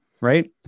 right